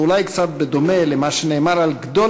ואולי קצת בדומה למה שנאמר על גדול